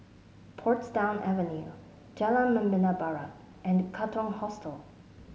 Portsdown Avenue Jalan Membina Barat and Katong Hostel